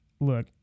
Look